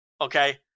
Okay